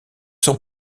sont